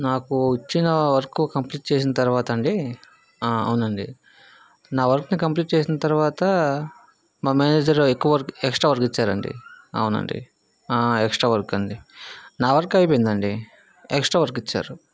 నాకు ఇచ్చిన work complete చేసిన తర్వాత అండి ఆ అవును అండి నా వర్క్ ని కంప్లీట్ చేసిన తర్వాత మా మేనేజర్ ఎక్కువ వర్క్ ఎక్స్ట్రా వర్క్ ఇచ్చారు అండి అవును అండి ఆ ఎక్స్ట్రా వర్క్ అండి నా వర్క్ అయిపోయింది అండి ఆ ఎక్స్ట్రా వర్క్ ఇచ్చారు